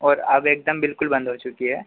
और अब एक दम बिल्कुल बंद हो चुकी है